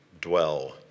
dwell